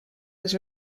was